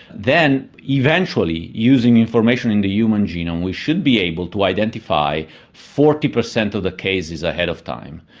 then eventually, using information in the human genome, we should be able to identify forty per cent of the cases ahead of time.